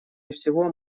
всего